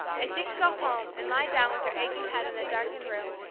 and she could go home and lie down with her aching head in a darkened room,